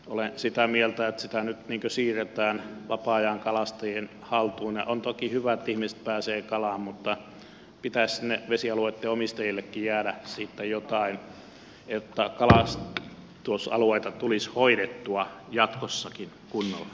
olen sitä mieltä että sitä nyt siirretään vapaa ajankalastajien haltuun ja on toki hyvä että ihmiset pääsevät kalaan mutta pitäisi sinne vesialueitten omistajillekin jäädä siitä jotain jotta kalastusalueita tulisi hoidettua jatkossakin kunnolla